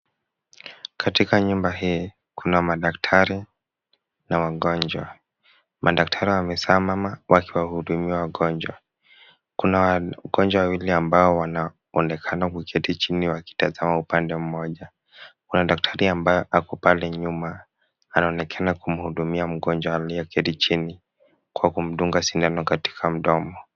Katika nyumba hii kuna madaktari na wagonjwa. Madaktari wamesimama wakiwahudumia wagonjwa. Kuna wagonjwa wawili ambao wanaonekana wakiketi chini wakitazama upande mmoja. Kuna daktari ambaye ako pale nyuma anaonekana kumhudumia mgonjwa aliyeketi chini kwa kumdunga sindano katika mdomo.